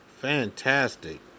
Fantastic